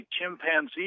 chimpanzee